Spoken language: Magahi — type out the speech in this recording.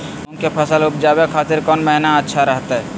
मूंग के फसल उवजावे खातिर कौन महीना अच्छा रहतय?